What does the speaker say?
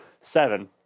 Seven